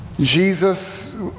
Jesus